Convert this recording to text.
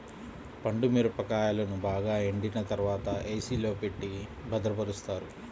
పండు మిరపకాయలను బాగా ఎండిన తర్వాత ఏ.సీ లో పెట్టి భద్రపరుస్తారు